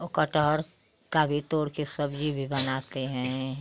और कटहल का भी तोड़ कर सब्जी भी बनाते हैं